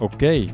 Oké